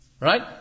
Right